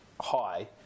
high